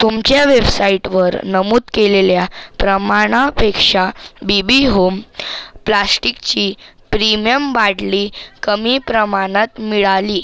तुमच्या वेबसाइटवर नमूद केलेल्या प्रमाणापेक्षा बी बी होम प्लाष्टिकची प्रिम्यम बादली कमी प्रमाणात मिळाली